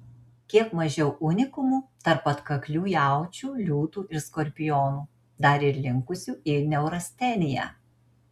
kiek mažiau unikumų tarp atkaklių jaučių liūtų ir skorpionų dar ir linkusių į neurasteniją